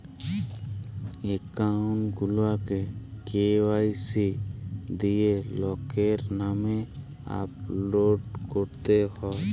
account গুলাকে KYC দিঁয়ে লকের লামে আপডেট ক্যরতে হ্যয়